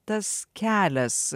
tas kelias